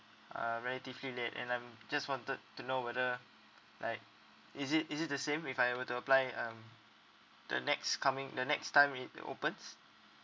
err relatively late and I'm just wanted to know whether like is it is it the same if I were to apply um the next coming the next time it it opens